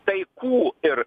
tai ku ir iks